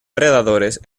predadores